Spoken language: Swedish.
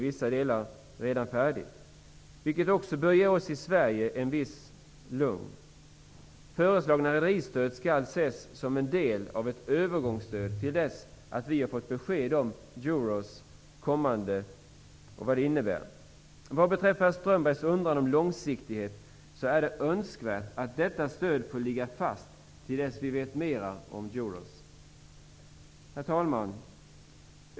Vissa delar är redan färdiga. Det bör ge oss i Sverige ett visst lugn. Föreslagna rederistöd skall ses som en del av ett övergångsstöd till dess att vi har fått besked om vad EUROS kommer att innebära. Vad beträffar herr Strömbergs undran om långsiktighet, är det önskvärt att detta stöd får ligga fast till dess vi vet mer om EUROS. Herr talman!